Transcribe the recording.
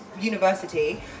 university